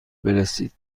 برسید